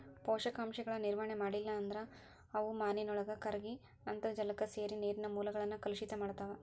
ಪೋಷಕಾಂಶಗಳ ನಿರ್ವಹಣೆ ಮಾಡ್ಲಿಲ್ಲ ಅಂದ್ರ ಅವು ಮಾನಿನೊಳಗ ಕರಗಿ ಅಂತರ್ಜಾಲಕ್ಕ ಸೇರಿ ನೇರಿನ ಮೂಲಗಳನ್ನ ಕಲುಷಿತ ಮಾಡ್ತಾವ